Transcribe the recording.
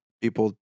people